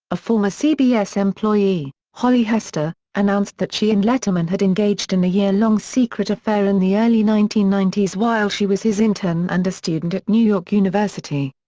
a former cbs employee, holly hester, announced that she and letterman had engaged in a year-long secret affair in the early nineteen ninety s while she was his intern and a student at new york university.